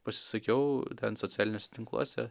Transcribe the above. pasisakiau ten socialiniuose tinkluose